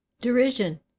derision